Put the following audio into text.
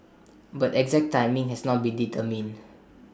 but exact timing has not been determined